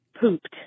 pooped